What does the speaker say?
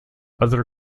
other